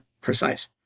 precise